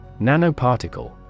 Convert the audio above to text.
Nanoparticle